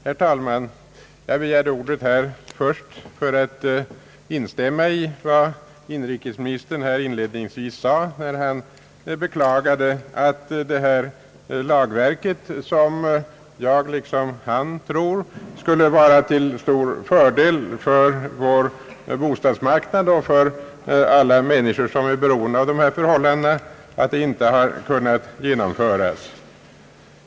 Herr talman! Jag begärde ordet först för att instämma i vad inrikesministern här inledningsvis anförde, när han beklagade att detta lagverk, som jag liksom han trodde skulle vara till stor fördel för vår bostadsmarknad och för alla människor, som är beroende av förhållandena på den, inte kommer att genomföras.